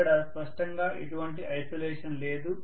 ఇక్కడ స్పష్టంగా ఎటువంటి ఐసోలేషన్ లేదు